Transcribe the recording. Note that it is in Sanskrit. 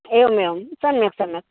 एवमेवं सम्यक् सम्यक्